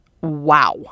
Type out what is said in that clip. Wow